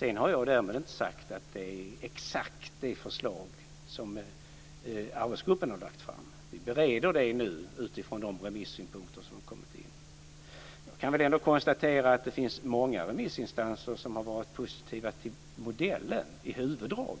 Därmed har jag inte sagt att det är exakt det förslag som arbetsgruppen har lagt fram. Vi bereder nu förslaget utifrån de remissynpunkter som har kommit in. Jag kan ändå konstatera att det finns många remissinstanser som är positiva till modellen i huvuddrag.